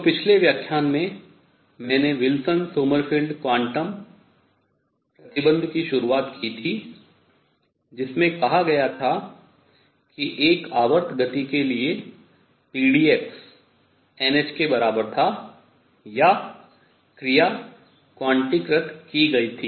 तो पिछले व्याख्यान में मैंने विल्सन सोमरफेल्ड क्वांटम शर्त प्रतिबन्ध की शुरुआत की थी जिसमें कहा गया था कि एक आवर्त गति के लिए pdx nh के बराबर था या क्रिया क्वांटीकृत की गई थी